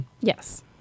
Yes